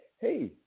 hey